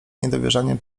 niedowierzaniem